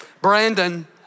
Brandon